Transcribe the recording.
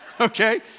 Okay